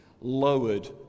lowered